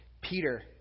Peter